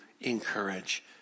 encourage